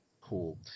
Cool